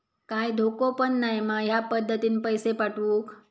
काय धोको पन नाय मा ह्या पद्धतीनं पैसे पाठउक?